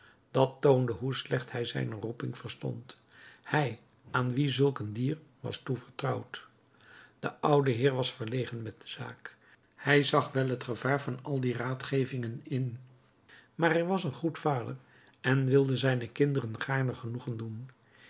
dat toonde hoe slecht hij zijne roeping verstond hij aan wien zulk een dier was toevertrouwd de oude heer was verlegen met de zaak hij zag wel het gevaarlijke van al die raadgevingen in maar hij was een goed vader en wilde zijne kinderen gaarne genoegen doen